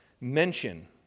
mention